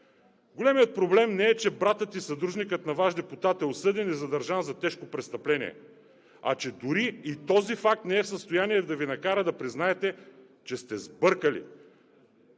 Големият проблем не е, че братът и съдружник на Ваш депутат е осъден и задържан за тежко престъпление, а че дори и този факт не е в състояние да Ви накара да признаете, че сте сбъркали,